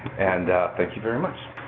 and thank you very much.